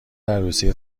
عروسی